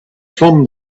from